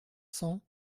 cents